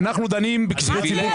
אנחנו דנים בכספי ציבור,